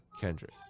Kendrick